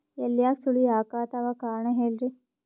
ಎಲ್ಯಾಗ ಸುಳಿ ಯಾಕಾತ್ತಾವ ಕಾರಣ ಹೇಳ್ರಿ?